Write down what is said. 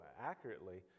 accurately